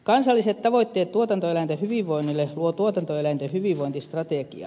kansalliset tavoitteet tuotantoeläinten hyvinvoinnille luo tuotantoeläinten hyvinvointistrategia